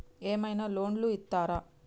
ఏమైనా లోన్లు ఇత్తరా?